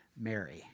Mary